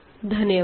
धन्यवाद